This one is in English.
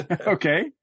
okay